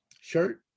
shirt